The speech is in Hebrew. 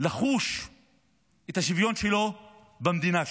לחוש את השוויון שלו במדינה שלו.